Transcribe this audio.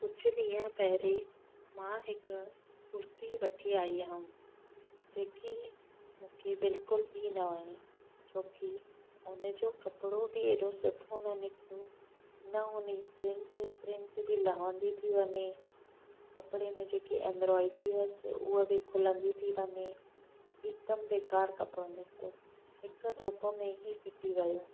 कुझु ॾींहं पहिरियों मां हिक कुर्ती वठी आयी हुयमि जेकी मूंखे बिल्कुलु ई न वणी छो की उनजो कपिड़ो बि एॾो सुठो न निकितो न हुनजी प्रिंट प्रिंट बि लहंदी थी वञे कपिड़े में जेकी एम्ब्रोयड्री हुअसि हूअ बि खुलंदी थी वञे हिकदमि बेकार कपिड़ो निकितो हिक धोप में ई फ़िटी वियो